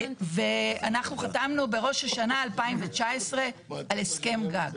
ואנחנו חתמנו בראש השנה 2019 על הסכם גג.